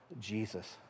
Jesus